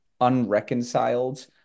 unreconciled